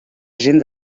gent